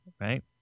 right